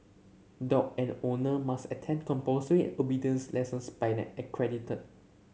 dog and owner must attend compulsory obedience lessons by an accredited